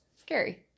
scary